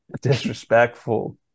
disrespectful